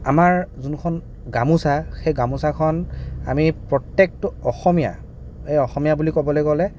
আমাৰ যোনখন গামোচা সেই গামোচাখন আমি প্ৰত্যেকটো অসমীয়াই এই অসমীয়া বুলি ক'বলৈ গ'লে